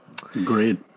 Great